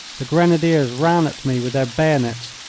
the grenadiers ran at me with their bayonets.